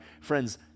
Friends